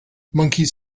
monkeys